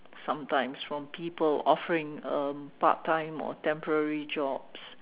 sometimes from people offering a part time or temporary jobs